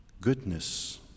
goodness